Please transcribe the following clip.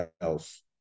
else